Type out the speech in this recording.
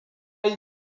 yi